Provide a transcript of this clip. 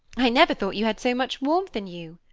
i never thought you had so much warmth in you,